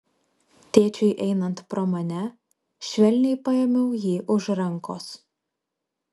tėčiui einant pro mane švelniai paėmiau jį už rankos